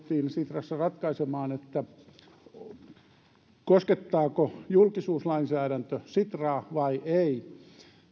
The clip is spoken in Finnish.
sitrassa ratkaisemaan koskettaako julkisuuslainsäädäntö sitraa vai ei